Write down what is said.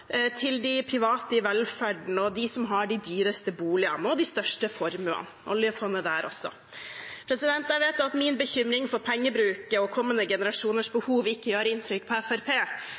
til de private i velferden, og til dem som har de dyreste boligene og de største formuene – oljefondet der også. Jeg vet at min bekymring for pengebruk og kommende generasjoners behov ikke gjør inntrykk på